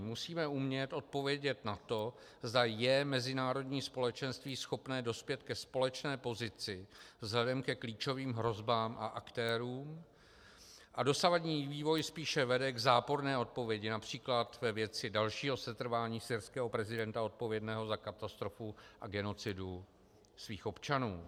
Musíme umět odpovědět na to, zda je mezinárodní společenství schopné dospět ke společné pozici vzhledem ke klíčovým hrozbám a aktérům, a dosavadní vývoj vede spíše k záporné odpovědi například ve věci dalšího setrvání syrského prezidenta odpovědného za katastrofu a genocidu svých občanů.